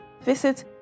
visit